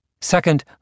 Second